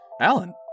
Alan